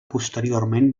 posteriorment